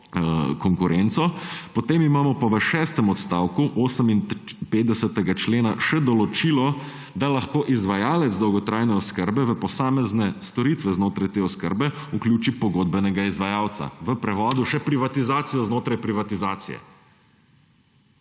konkurenco. Potem imamo pa v šestem odstavku 58. člena še določilo, da lahko izvajalec dolgotrajne oskrbe v posamezne storitve znotraj te oskrbe vključi pogodbenega izvajalca – v prevodu še privatizacijo znotraj privatizacije.